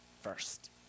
first